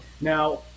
Now